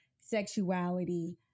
sexuality